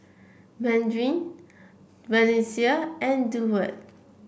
Marin Valencia and Durward